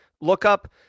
lookup